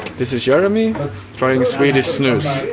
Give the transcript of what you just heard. this is jeremy trying swedish snus.